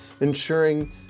ensuring